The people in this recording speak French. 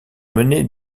mené